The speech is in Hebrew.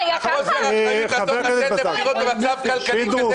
חוסר אחריות לצאת לבחירות במצב כלכלי כזה.